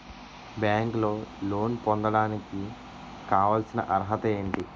బ్యాంకులో లోన్ పొందడానికి కావాల్సిన అర్హత ఏంటి?